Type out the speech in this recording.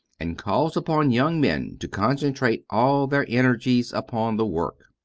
and calls upon young men to concentrate all their energies upon the work.